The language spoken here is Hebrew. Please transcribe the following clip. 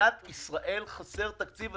למדינת ישראל חסר תקציב.